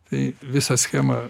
tai visa schema